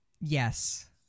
Yes